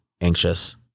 anxious